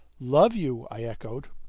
love you? i echoed.